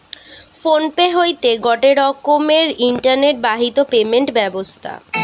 phone pay হতিছে গটে রকমের ইন্টারনেট বাহিত পেমেন্ট ব্যবস্থা